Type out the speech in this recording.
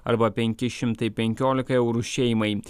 arba penki šimtai penkiolika eurų šeimai